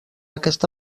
aquesta